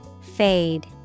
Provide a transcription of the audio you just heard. Fade